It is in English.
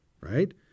right